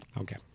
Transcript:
Okay